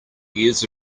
years